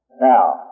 now